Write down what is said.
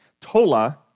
Tola